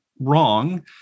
wrong